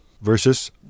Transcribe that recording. versus